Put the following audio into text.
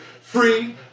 free